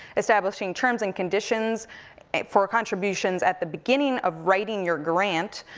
establishing terms and conditions for contributions at the beginning of writing your grant,